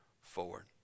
forward